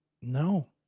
No